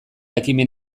ekimen